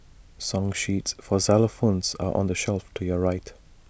song sheets for xylophones are on the shelf to your right